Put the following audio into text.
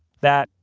that,